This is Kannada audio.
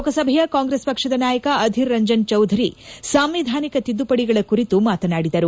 ಲೋಕಸಭೆಯ ಕಾಂಗ್ರೆಸ್ ಪಕ್ಷದ ನಾಯಕ ಅಧೀರ್ ರಂಜನ್ ಚೌಧರಿ ಸಾಂವಿಧಾನಿಕ ತಿದ್ದುಪಡಿಗಳ ಕುರಿತು ಮಾತನಾಡಿದರು